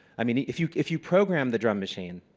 i mean if you if you program the drum machine,